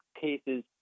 cases